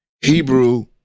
Hebrew